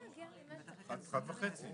קיים